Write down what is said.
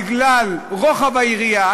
בגלל רוחב היריעה,